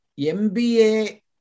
MBA